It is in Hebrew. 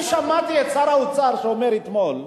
אני שמעתי את שר האוצר אומר אתמול,